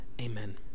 AMEN